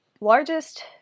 largest